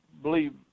believe